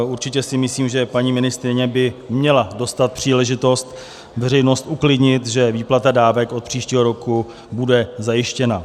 Určitě si myslím, že paní ministryně by měla dostat příležitost veřejnost uklidnit, že výplata dávek od příštího roku bude zajištěna.